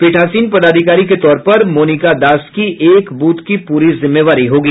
पीठासीन पदाधिकारी के तौर पर मोनिका दास की एक ब्थ की पूरी जिम्मेवारी होगी